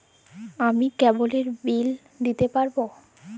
আমি কেবলের বিল দিতে পারবো?